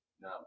No